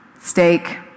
steak